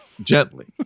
gently